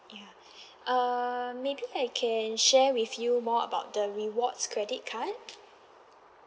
ya err maybe I can share with you more about the rewards credit card